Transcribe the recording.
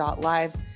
live